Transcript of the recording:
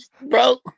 Bro